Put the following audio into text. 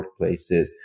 workplaces